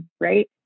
right